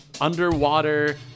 underwater